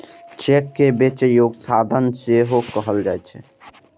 cheque कें बेचै योग्य साधन सेहो कहल जाइ छै